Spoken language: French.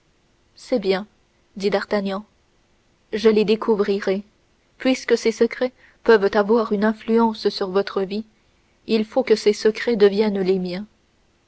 c'est bien dit d'artagnan je les découvrirai puisque ces secrets peuvent avoir une influence sur votre vie il faut que ces secrets deviennent les miens